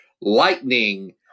lightning